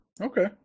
Okay